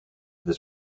this